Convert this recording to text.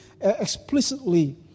explicitly